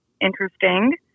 interesting